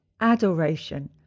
adoration